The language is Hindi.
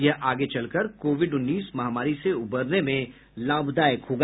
यह आगे चलकर कोविड उन्नीस महामारी से उबरने में लाभदायक होगा